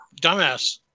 dumbass